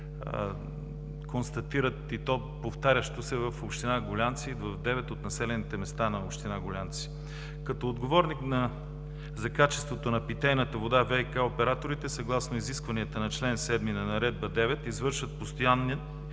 констатират, и то повтарящо се, в девет от населените места на община Гулянци. Като отговорник за качеството на питейната вода, ВиК операторите, съгласно изискванията на чл. 7 на Наредба № 9, извършват постоянен